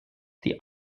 die